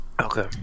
Okay